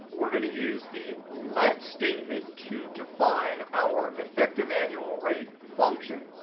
we're going to use the let statement to define our effective annual rate function.